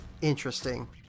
interesting